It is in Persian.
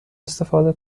استفاده